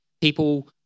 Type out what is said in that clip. people